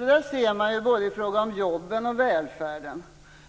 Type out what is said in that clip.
Detta ser man både i fråga om jobben och i fråga om välfärden.